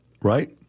right